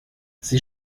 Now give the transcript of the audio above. sie